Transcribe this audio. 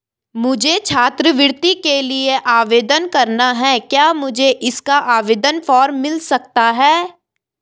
मुझे छात्रवृत्ति के लिए आवेदन करना है क्या मुझे इसका आवेदन फॉर्म मिल सकता है?